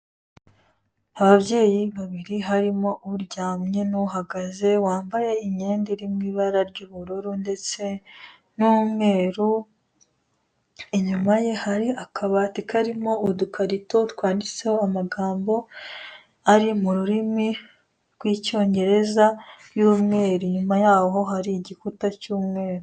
Ababyeyi babiri harimo uryamye n'uhagaze wambaye imyenda iri mu ibara ry'ubururu ndetse n'umweru, inyuma ye hari akabati karimo udukarito twanditseho amagambo ari mu rurimi rw'icyongereza y'umweru, inyuma yaho hari igikuta cy'umweru.